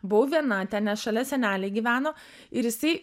buvau viena ten nes šalia seneliai gyveno ir jisai